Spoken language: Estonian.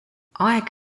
aeg